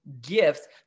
gifts